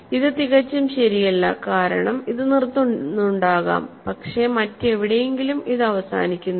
ഇത് തികച്ചും ശരിയല്ല കാരണം ഇത് നിർത്തുന്നുണ്ടാകാം പക്ഷേ മറ്റെവിടെയെങ്കിലും ഇത് അവസാനിക്കുന്നില്ല